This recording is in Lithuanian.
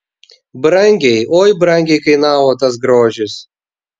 brangiai oi brangiai kainavo tas grožis